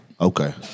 Okay